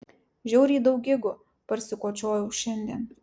žiauriai daug gigų parsikočiojau šiandien